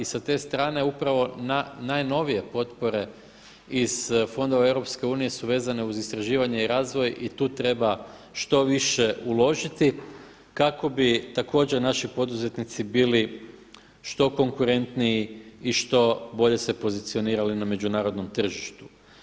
I sa te strane upravo najnovije potpore iz fondova EU su vezane uz istraživanje i razvoj i tu treba što više uložiti kako bi također naši poduzetnici bili što konkurentniji i što bolje se pozicionirali na međunarodnom tržištu.